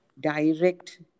direct